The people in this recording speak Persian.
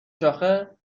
شاخه